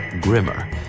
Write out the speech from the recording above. grimmer